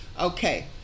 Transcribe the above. okay